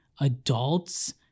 adults